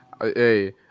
Hey